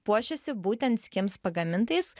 puošiasi būtent skims pagamintais